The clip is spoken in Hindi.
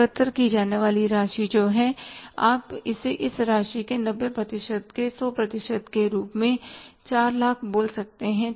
एकत्र की जाने वाली राशि जो है आप इसे इस राशि के 90 प्रतिशत के 100 प्रतिशत के रूप में 400000 बोल सकते हैं